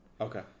Okay